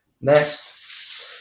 Next